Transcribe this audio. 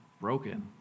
broken